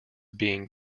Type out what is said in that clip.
being